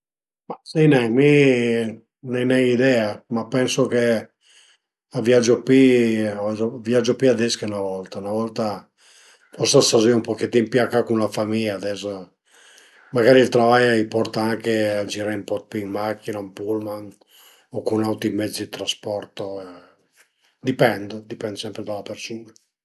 Ma sai nen, mi l'ai nen idea, ma pensu che a viagiu pi, a viagiu pi ades che 'na volta, 'na volta forsi a së stazìa ën pochetin pi a ca cun la famìa, ades magari ël travai a i porta anche a giré ën po d'pi ën macchina, ën pullman o cun auti mezzi dë trasporto, dipend, dipende sempre da la persun-a